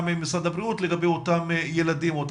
עם משרד הבריאות לגבי אותם תלמידים?